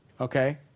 okay